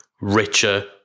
richer